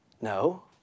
No